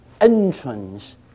entrance